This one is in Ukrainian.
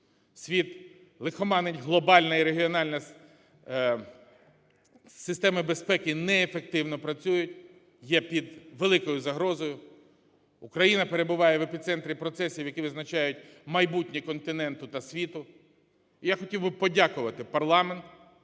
Світ лихоманить, глобальна і регіональна системи безпеки неефективно працюють, є під великою загрозою. Україна перебуває в епіцентрі процесів, які визначають майбутнє континенту та світу. І я хотів би подякувати парламенту,